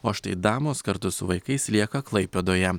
o štai damos kartu su vaikais lieka klaipėdoje